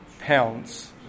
pounds